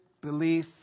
belief